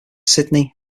sydney